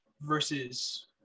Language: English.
versus